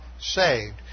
saved